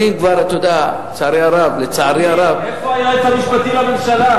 פעם ראשונה לנאום כאשר את יושבת-ראש,